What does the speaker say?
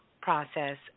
process